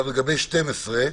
לגבי (12),